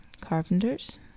Carpenters